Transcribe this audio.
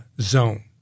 zone